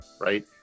right